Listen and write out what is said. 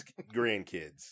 grandkids